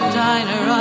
diner